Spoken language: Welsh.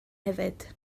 hefyd